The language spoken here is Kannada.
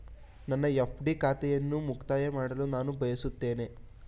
ನನ್ನ ಎಫ್.ಡಿ ಖಾತೆಯನ್ನು ಮುಕ್ತಾಯ ಮಾಡಲು ನಾನು ಬಯಸುತ್ತೇನೆ